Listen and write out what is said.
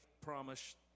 promise